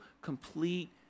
complete